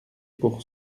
pour